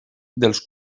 dels